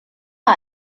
нам